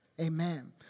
Amen